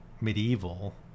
medieval